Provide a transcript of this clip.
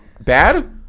bad